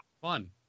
fun